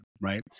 right